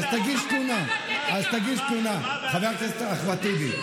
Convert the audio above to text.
אני אמרתי שכל עיתונאי, חבר הכנסת אחמד טיבי.